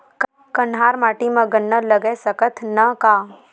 कन्हार माटी म गन्ना लगय सकथ न का?